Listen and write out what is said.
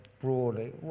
broadly